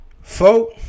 Folk